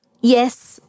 Yes